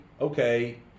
okay